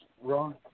Ron